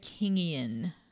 Kingian